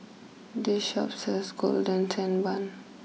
this Shop sells Golden Sand Bun